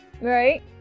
Right